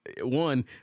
one